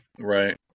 Right